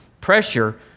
pressure